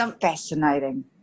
fascinating